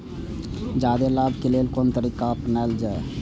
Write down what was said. जादे लाभ के लेल कोन तरीका अपनायल जाय?